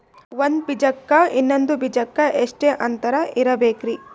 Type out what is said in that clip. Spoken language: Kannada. ಒಂದ್ ಬೀಜಕ್ಕ ಇನ್ನೊಂದು ಬೀಜಕ್ಕ ಎಷ್ಟ್ ಅಂತರ ಇರಬೇಕ್ರಿ?